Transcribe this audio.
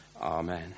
Amen